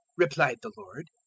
replied the lord,